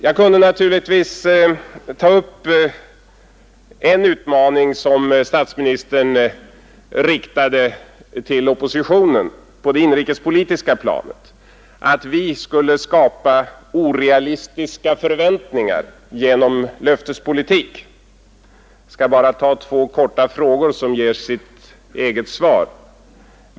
Jag kunde naturligtvis ta upp en utmaning som statsministern riktade till oppositionen på det inrikespolitiska planet, att vi skulle skapa orealistiska förväntningar genom löftespolitik. Låt mig ställa två korta frågor som ger sitt eget svar.